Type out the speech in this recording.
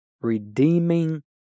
redeeming